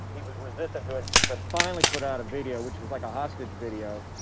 he was resistant to it but finally put out a video which was like a hostage video.